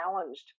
challenged